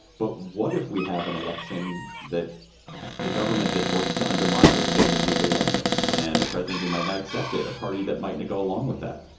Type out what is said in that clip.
but what if we have an election that a government that works to undermine the legitimacy of the election and a president who might not accept it, a party that might not go along with that,